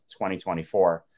2024